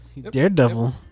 Daredevil